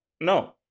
No